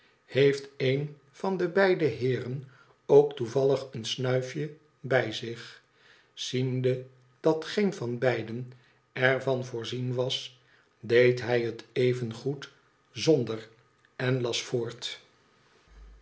deed vragen heefteenvan de beide heeren ook toevallig een snuif je bij zich ziende dat geen van beiden er van voorzien was deed hij het evengoed zonder en las voort